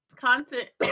content